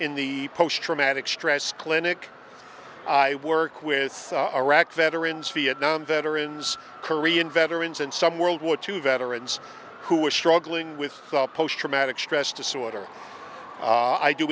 in the post traumatic stress clinic i work with saw iraq veterans vietnam veterans korean veterans and some world war two veterans who are struggling with post traumatic stress disorder i do